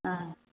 অঁ